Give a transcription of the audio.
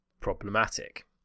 problematic